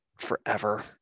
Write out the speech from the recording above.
forever